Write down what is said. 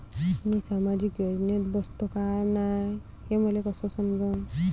मी सामाजिक योजनेत बसतो का नाय, हे मले कस समजन?